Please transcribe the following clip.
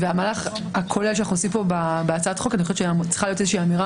והמהלך הכולל שאנו עושים פה בהצעת החוק צריכה להיות אמירה